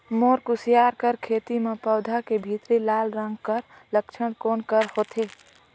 मोर कुसियार कर खेती म पौधा के भीतरी लाल रंग कर लक्षण कौन कर होथे?